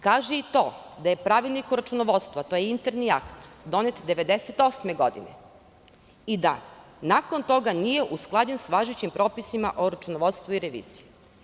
Kaže i to da je Pravilnik o računovodstvu, to je interni akt donet 1998. godine i da nakon toga nije usklađen sa važećim propisima o računovodstvu i reviziji.